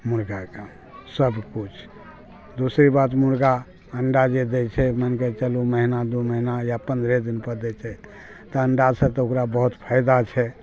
मुर्गाके सब किछु दूसरी बात मुर्गा अण्डा जे दै छै माइनके चलू महीना दू महीना या पंद्रहे दिन पर दै छै तऽ अण्डा सऽ तऽ ओकरा बहुत फायदा छै